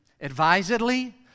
advisedly